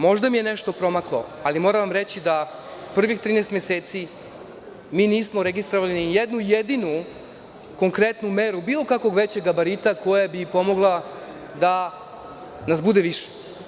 Možda mi je nešto promaklo, ali moram vam reći da prvih 13 meseci mi nismo registrovali ni jednu jedinu konkretnu meru bilo kakvog većeg gabarita koja bi pomogla da nas bude više.